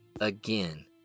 again